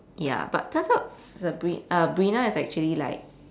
ya but turns out sabri~ uh brina is actually like